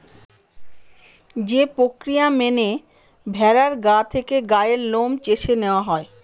যে প্রক্রিয়া মেনে ভেড়ার গা থেকে গায়ের লোম চেঁছে নেওয়া হয়